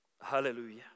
Hallelujah